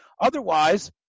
Otherwise